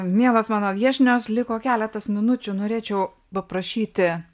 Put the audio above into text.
mielos mano viešnios liko keletas minučių norėčiau paprašyti